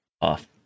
off